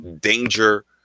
danger